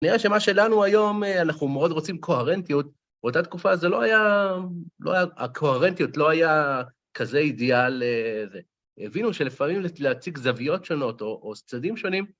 נראה שמה שלנו היום, אנחנו מאוד רוצים קוהרנטיות, באותה תקופה זה לא היה, הקוהרנטיות לא הייתה כזה אידיאל. הבינו שלפעמים להציג זוויות שונות או צדדים שונים.